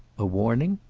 a warning?